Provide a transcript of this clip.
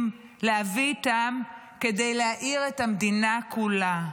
להביא איתם כדי להאיר את המדינה כולה.